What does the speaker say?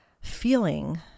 feeling